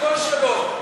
הכול שלום.